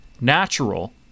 natural